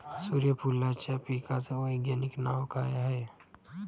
सुर्यफूलाच्या पिकाचं वैज्ञानिक नाव काय हाये?